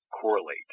correlate